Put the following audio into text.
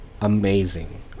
amazing